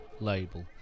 label